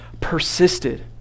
persisted